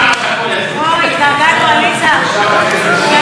נא להצביע.